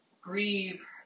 grieve